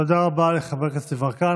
תודה רבה לחבר הכנסת יברקן.